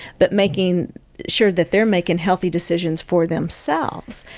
but making sure that they're making healthy decisions for themselves.